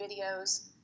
videos